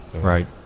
right